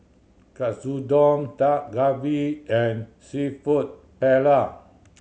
Katsudon Dak Galbi and Seafood Paella